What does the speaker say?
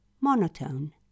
Monotone